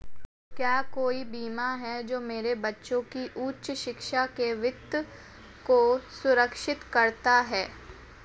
क्या कोई बीमा है जो मेरे बच्चों की उच्च शिक्षा के वित्त को सुरक्षित करता है?